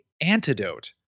antidote